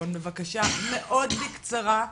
בבקשה מאוד בקצרה,